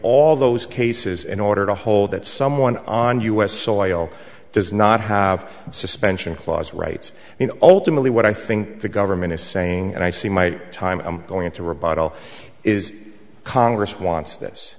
all those cases in order to hold that someone on u s soil does not have suspension clause rights and ultimately what i think the government is saying and i see my time i'm going to rebuttal is congress wants this